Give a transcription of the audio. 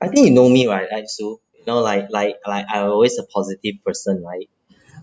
I think you know me right like like like I always a positive person right